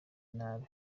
nabi